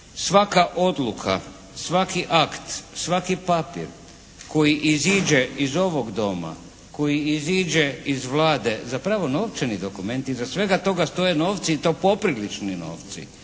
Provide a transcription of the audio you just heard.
svaka odluka, svaki akt, svaki papir koji iziđe iz ovog Doma, koji iziđe iz Vlade zapravo novčani dokument, iza svega toga stoje novci i to poprilični novci,